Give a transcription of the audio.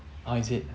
ah is it